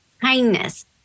kindness